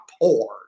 poor